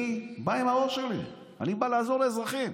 אני בא עם הראש שלי, אני בא לעזור לאזרחים.